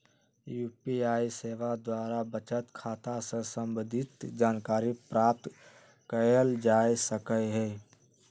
UPI सेवा द्वारा बचत खता से संबंधित जानकारी प्राप्त कएल जा सकहइ